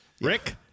Rick